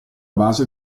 base